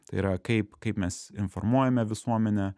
tai yra kaip kaip mes informuojame visuomenę